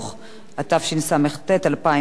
התשס"ט 2009,